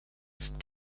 ist